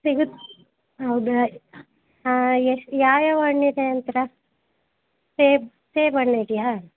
ಸಿಗುತ್ತಾ ಹೌದಾ ಎಷ್ಟು ಯಾವ್ಯಾವ ಹಣ್ಣಿದೆ ಅಂತೀರಾ ಸೇಬು ಸೇಬ್ಹಣ್ಣಿದೆಯಾ